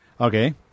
Okay